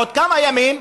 עוד כמה ימים,